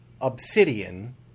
obsidian